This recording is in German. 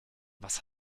was